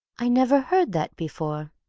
i never heard that before.